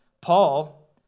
Paul